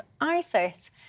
ISIS